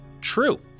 true